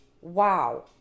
Wow